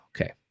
okay